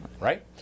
Right